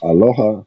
Aloha